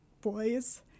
boys